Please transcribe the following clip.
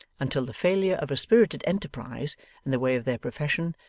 until the failure of a spirited enterprise in the way of their profession,